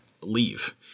leave